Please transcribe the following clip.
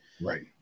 Right